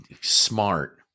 Smart